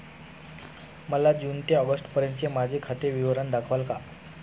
मला जून ते ऑगस्टपर्यंतचे माझे खाते विवरण दाखवाल का?